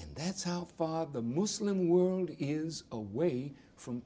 and that's how far the muslim wound is away from